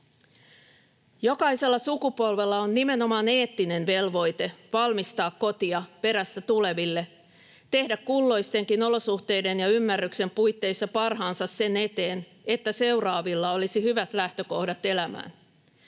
Jokaisella sukupolvella on nimenomaan eettinen velvoite valmistaa kotia perässä tuleville, tehdä kulloistenkin olosuhteiden ja ymmärryksen puitteissa parhaansa sen eteen, että seuraavilla olisi hyvät lähtökohdat elämään.